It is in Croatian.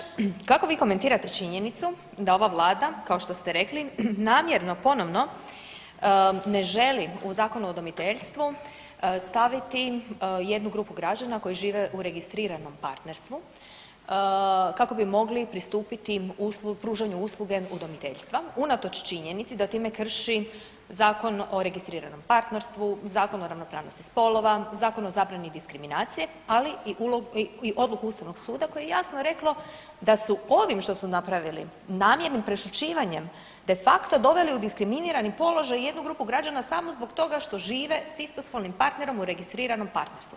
Kolegice Mrak-Taritaš kako vi komentirate činjenicu da ova Vlada kao što ste rekli namjerno ponovno ne želi u Zakonu o udomiteljstvu staviti jednu grupu građana koji žive u registriranom partnerstvu kako bi mogli pristupiti pružanju usluge udomiteljstva unatoč činjenici da time krši Zakon o registriranom partnerstvu, Zakon o ravnopravnosti spolova, Zakon o zabrani diskriminacije ali i odluku Ustavnog suda koje je jasno reklo da su ovim što su napravili, namjernim prešućivanjem de facto doveli u diskriminirani položaj jednu grupu građana samo zbog toga što žive s istospolnim partnerom u registriranom partnerstvu.